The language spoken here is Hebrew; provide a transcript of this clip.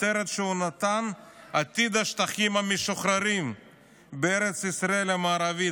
הכותרת שהוא נתן: עתיד השטחים המשוחררים בארץ ישראל המערבית,